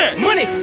Money